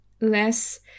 less